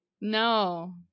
No